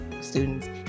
students